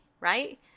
right